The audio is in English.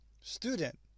student